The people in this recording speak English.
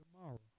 tomorrow